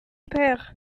père